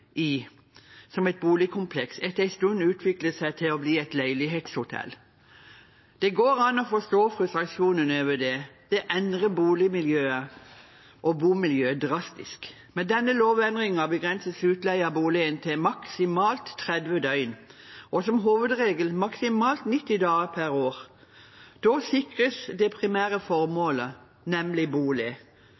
i som et boligkompleks, etter en stund utvikler seg til å bli et leilighetshotell. Det går an å forstå frustrasjonen over det. Det endrer boligmiljøet og bomiljøet drastisk. Med denne lovendringen begrenses utleie av boligen til maksimalt 30 døgn og – som hovedregel – maksimalt 90 dager per år. Da sikres det primære formålet, nemlig bolig.